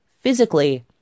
physically